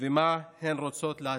ומה הן רוצות להשיג?